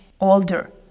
older